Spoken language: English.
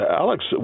Alex